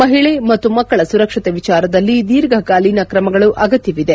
ಮಹಿಳೆ ಮತ್ತು ಮಕ್ಕಳ ಸುರಕ್ಷತೆ ವಿಚಾರದಲ್ಲಿ ದೀರ್ಘಕಾಲೀನ ಕ್ರಮಗಳು ಅಗತ್ಯವಿದೆ